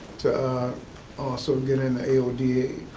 to also get in a o d